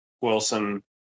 wilson